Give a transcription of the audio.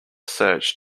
search